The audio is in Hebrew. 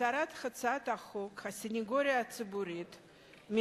מטרת הצעת חוק הסניגוריה הציבורית (תיקון,